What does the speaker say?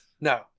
no